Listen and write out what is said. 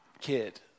kid